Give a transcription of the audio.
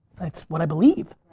that's what i believe.